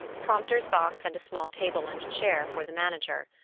prompter s box and a small table and chair for the manager.